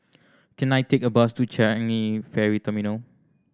can I take a bus to Changi Ferry Terminal